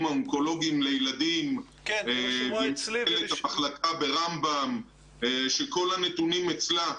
האונקולוגים לילדים והיא מנהלת המחלקה ברמב"ם שכל הנתונים אצלה.